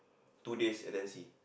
two days absentee